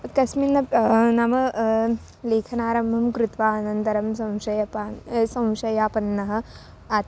कस्मिन्नपि नाम लेखनारम्भं कृत्वा अनन्तरं संशयापन्नः संशयापन्नः अथवा